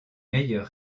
meilleure